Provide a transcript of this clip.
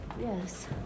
Yes